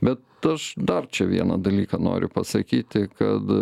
bet aš dar čia vieną dalyką noriu pasakyti kad